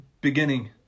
beginning